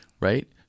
Right